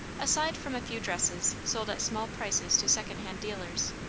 aside from a few dresses sold at small prices to secondhand dealers,